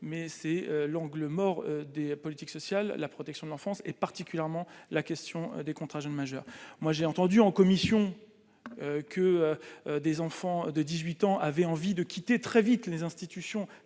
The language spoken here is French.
mais c'est l'angle mort des politiques sociales, la protection de l'enfance, et particulièrement la question des contrats jeunes majeurs, moi j'ai entendu en commission, que des enfants de 18. Temps avait envie de quitter très vite les institutions